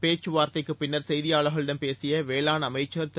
பேச்சுவார்த்தைக்குப் பின்னர் செய்தியாளர்களிடம் பேசிய வேளாண் அமைச்சர் திரு